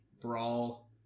Brawl